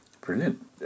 Brilliant